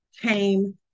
came